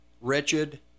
wretched